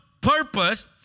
purpose